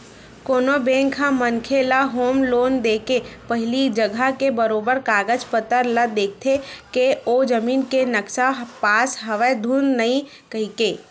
कोनो बेंक ह मनखे ल होम लोन देके पहिली जघा के बरोबर कागज पतर ल देखथे के ओ जमीन के नक्सा पास हवय धुन नइते कहिके